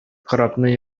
корабны